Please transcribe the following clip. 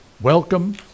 Welcome